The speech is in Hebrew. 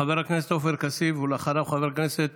חבר הכנסת עופר כסיף, ואחריו, חבר הכנסת